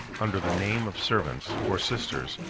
under the name of servants, or sisters,